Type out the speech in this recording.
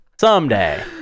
someday